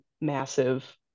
massive